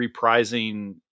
reprising